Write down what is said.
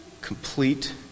complete